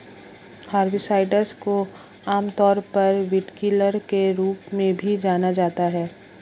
herbicides को आमतौर पर वीडकिलर के रूप में भी जाना जाता है